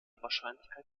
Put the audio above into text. wahrscheinlichkeit